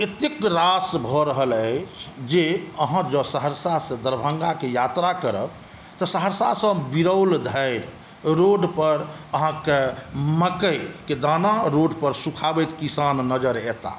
एतेक रास भऽ रहल अछि जे अहाँ जॅं सहरसा सँ दरभंगाके यात्रा करब तऽ सहरसा सँ बिरौल धरि रोड पर अहाँके मकइ के दाना रोड पर सुखाबैत किसान नजर आयताह